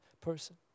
person